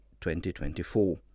2024